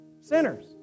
sinners